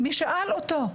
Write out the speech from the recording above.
מי שאל אותו,